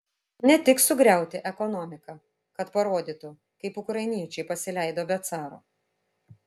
ne tik sugriauti ekonomiką kad parodytų kaip ukrainiečiai pasileido be caro